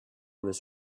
was